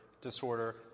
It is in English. disorder